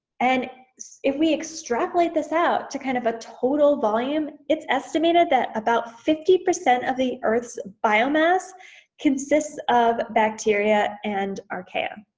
and if we extrapolate this out to kind of a total volume it's estimated that about fifty percent of the earth's biomass consists of bacteria and archaea.